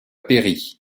pairie